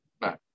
No